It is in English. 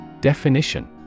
Definition